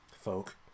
folk